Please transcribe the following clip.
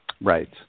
Right